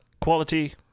Quality